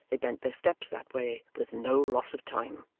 they bent their steps that way with no loss of time.